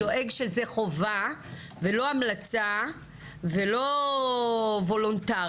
איך משרד הבריאות דואג שזה חובה ולא המלצה ולא וולונטרי?